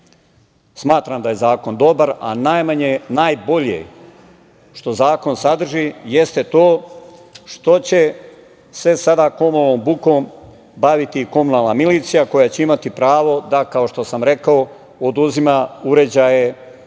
smatram da je zakon dobar, a najbolje što zakon sadrži jeste to što će se sada ovom bukom baviti komunalna milicija, koja će imati pravo da kao što sam rekao oduzima uređaje koji